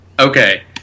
Okay